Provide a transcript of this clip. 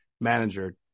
manager